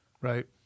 Right